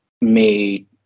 made